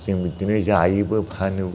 जों बिदिनो जायोबो फानोबो